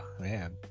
man